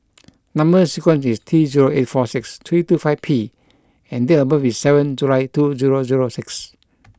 number sequence is T zero eight four six three two five P and date of birth is seventh July two zero zero six